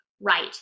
right